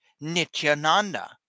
Nityananda